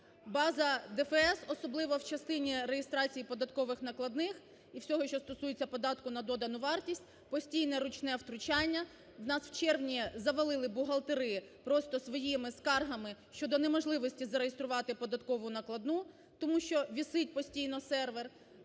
База ДФС, особливо в частині реєстрації податкових накладних і всього, що стосується податку на додану вартість, постійне ручне втручання. На в червні завалили бухгалтери просто своїми скаргами щодо неможливості зареєструвати податкову накладну, тому що висить постійно сервер.